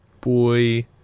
Boy